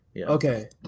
Okay